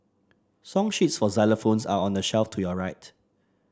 song sheets for xylophones are on the shelf to your right